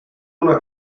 una